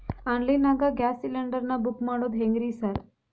Online ನಾಗ gas cylinder ನಾ book ಮಾಡೋದ್ ಹೆಂಗ್ರಿ ಸಾರ್?